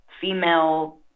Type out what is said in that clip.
female